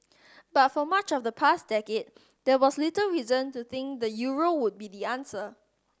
but for much of the past decade there was little reason to think the euro would be the answer